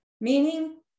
Meaning